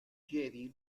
jedi